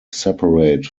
separate